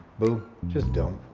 boo, just don't.